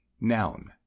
Noun